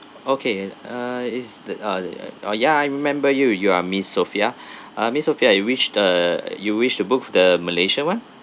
okay err is the uh uh ah ya I remember you you are miss sophia uh miss sophia you which the you wish to book the malaysia one